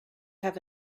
have